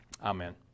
Amen